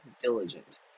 diligent